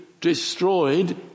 destroyed